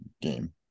game